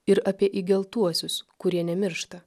ir apie įgeltuosius kurie nemiršta